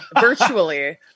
virtually